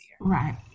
Right